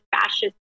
fascist